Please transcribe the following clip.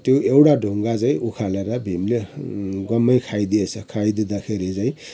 त्यो एउटा ढुङ्गा चाहिँ उखालेर भीमले ग्वाम्मै खाइदिएछ खाइदिँदाखेरि चाहिँ